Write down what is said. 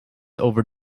over